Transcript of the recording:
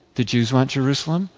the jews want jerusalem,